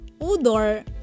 odor